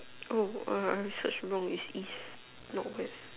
oh err I search wrong it's east not west